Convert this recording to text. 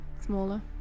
smaller